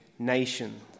nation